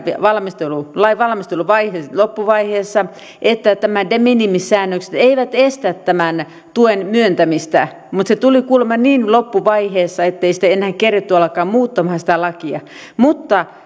lain valmistelun loppuvaiheessa että nämä de minimis säännökset eivät estä tämän tuen myöntämistä mutta se tuli kuulemma niin loppuvaiheessa ettei enää keretty alkaa muuttamaan sitä lakia mutta